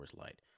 Light